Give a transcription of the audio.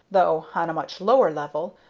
though on a much lower level,